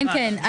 כן, כן.